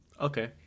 okay